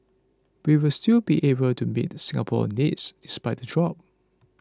we will still be able to meet Singapore's needs despite the drop